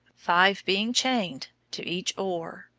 five being chained to each oar.